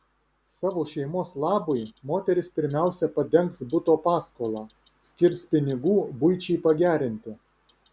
savo šeimos labui moteris pirmiausia padengs buto paskolą skirs pinigų buičiai pagerinti